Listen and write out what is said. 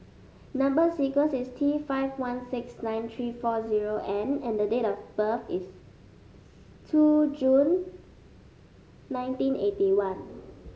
number sequence is T five one six nine three four zero N and the date of birth is two June nineteen eighty one